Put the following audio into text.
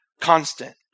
constant